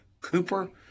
Cooper